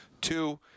Two